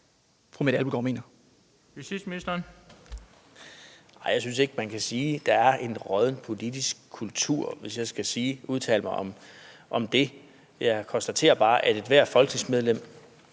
Justitsministeren (Søren Pape Poulsen): Nej, jeg synes ikke, man kan sige, at der er en rådden politisk kultur, hvis jeg skulle udtale mig om det. Jeg konstaterer bare, at ethvert folketingsmedlem,